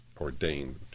ordained